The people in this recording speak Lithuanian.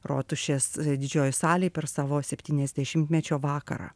rotušės didžiojoj salėj per savo septyniasdešimtmečio vakarą